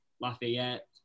Lafayette